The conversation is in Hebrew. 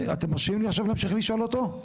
אתם מרשים לי עכשיו להמשיך לשאול אותו?